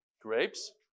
Grapes